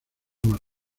más